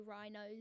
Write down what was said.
rhinos